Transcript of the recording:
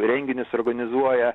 renginius organizuoja